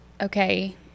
okay